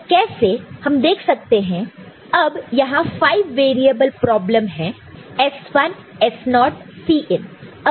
तो कैसे हम देख सकते हैं अब यहां 5 वेरिएबल प्रॉब्लम है S1 S0 Cin